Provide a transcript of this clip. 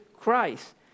Christ